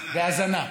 והזנה.